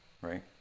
right